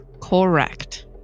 Correct